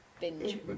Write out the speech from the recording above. Binge